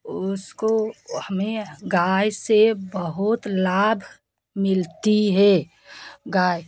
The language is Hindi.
उसको हमें गाय से बहुत लाभ मिलता है गाय